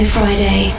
Friday